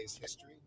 history